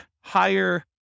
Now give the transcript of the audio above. higher